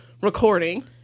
recording